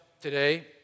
today